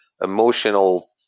emotional